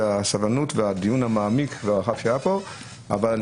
והסבלנות והדיון המעמיק והרחב שהיה פה אבל אני